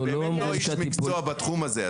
אני באמת לא איש מקצוע בתחום הזה.